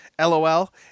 lol